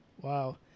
Wow